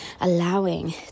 allowing